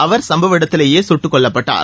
அவர் சம்பவ இடத்திலேயே சுட்டுக் கொல்லப்பட்டார்